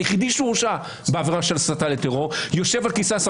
היחיד שהורשע בעבירה של הסתה לטרור - יושב על כיסא השר